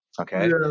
Okay